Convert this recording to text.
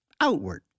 outward